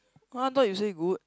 !huh! thought you say you good